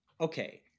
okay